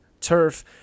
Turf